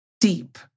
deep